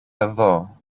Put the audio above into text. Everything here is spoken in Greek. εδώ